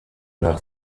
nach